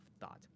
thought